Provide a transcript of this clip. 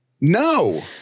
No